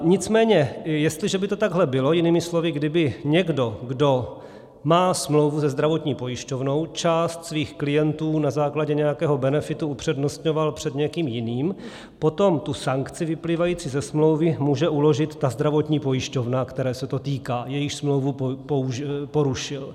Nicméně jestliže by to takhle bylo, jinými slovy, kdyby někdo, kdo má smlouvu se zdravotní pojišťovnou, část svých klientů na základě nějakého benefitu upřednostňoval před někým jiným, potom tu sankci vyplývající ze smlouvy může uložit ta zdravotní pojišťovna, které se to týká, jejíž smlouvu porušil.